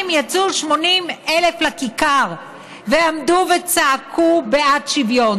יצאו 80,000 לכיכר ועמדו וצעקו בעד שוויון?